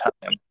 time